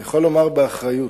אני יכול לומר באחריות